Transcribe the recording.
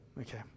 okay